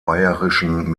bayerischen